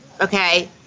Okay